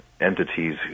entities